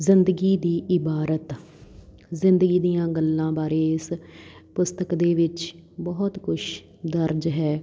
ਜ਼ਿੰਦਗੀ ਦੀ ਇਬਾਰਤ ਜ਼ਿੰਦਗੀ ਦੀਆਂ ਗੱਲਾਂ ਬਾਰੇ ਇਸ ਪੁਸਤਕ ਦੇ ਵਿੱਚ ਬਹੁਤ ਕੁਛ ਦਰਜ ਹੈ